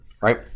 right